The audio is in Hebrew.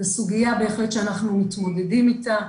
זו סוגיה שאנחנו בהחלט מתמודדים איתה.